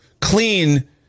clean